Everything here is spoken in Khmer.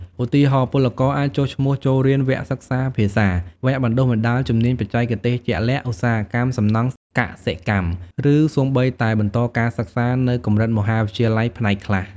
ឧទាហរណ៍ ពលករអាចចុះឈ្មោះចូលរៀនវគ្គសិក្សាភាសា វគ្គបណ្ដុះបណ្ដាលជំនាញបច្ចេកទេសជាក់លាក់ (ឧស្សាហកម្ម សំណង់ កសិកម្ម) ឬសូម្បីតែបន្តការសិក្សានៅកម្រិតមហាវិទ្យាល័យផ្នែកខ្លះ។